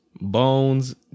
Bones